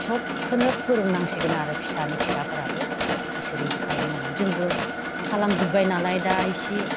सबखौनो फोरोंनांसिगोन आरो फिसानि फिसाफोराबो बिसोर बिदि खालाम नांगोन जोंबो खालाम जोबबाय नालाय दा इसे